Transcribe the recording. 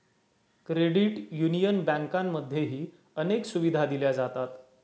credit union बँकांमध्येही अनेक सुविधा दिल्या जातात